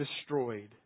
destroyed